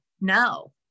no